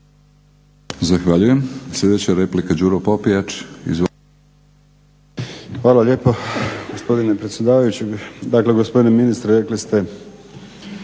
Hvala lijepo gospodine predsjedavajući. Dakle, gospodine ministre rekli ste